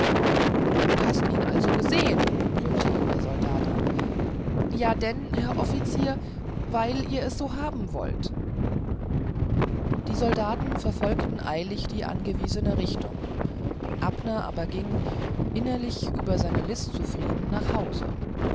du hast ihn also gesehen brüllte ihn der soldat an ja denn herr offizier weil ihr es so haben wollt die soldaten verfolgten eilig die angewiesene richtung abner aber ging innerlich über seine list zufrieden nach hause